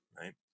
right